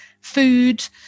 food